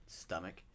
stomach